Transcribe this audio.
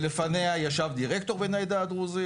ולפניה ישב דירקטור בן העדה הדרוזית,